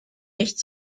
nicht